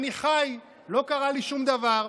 אני חי, לא קרה לי שום דבר.